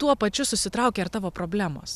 tuo pačiu susitraukia ir tavo problemos